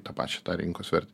tapačią tą rinkos vertę